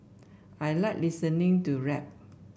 I like listening to rap